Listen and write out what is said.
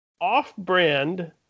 Off-brand